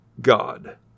God